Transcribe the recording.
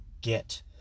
get